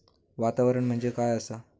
वातावरण म्हणजे काय आसा?